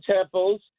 temples